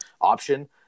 option